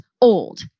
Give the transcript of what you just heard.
old